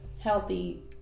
healthy